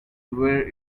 where